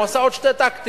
הוא עשה עוד שני טקטים.